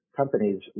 companies